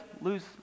lose